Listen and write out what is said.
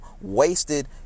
wasted